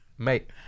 Mate